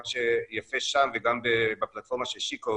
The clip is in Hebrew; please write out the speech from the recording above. מה שיפה שם וגם בפלטפורמה של she coeds,